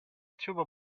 tuba